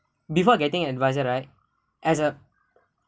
before getting advisor right as a